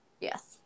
Yes